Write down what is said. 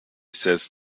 says